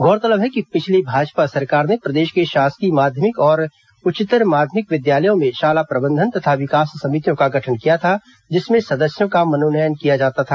गौरतलब है कि पिछली भाजपा सरकार ने प्रदेश के शासकीय माध्यमिक और उच्चतर माध्यमिक विद्यालयों में शाला प्रबंधन तथा विकास समितियों का गठन किया था जिसमें सदस्यों का मनोनयन किया जाता था